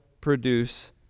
produce